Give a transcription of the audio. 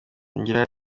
yongeraho